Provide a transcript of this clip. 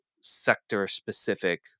sector-specific